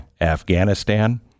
Afghanistan